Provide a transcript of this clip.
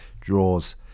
draws